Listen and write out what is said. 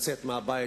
לצאת מהבית,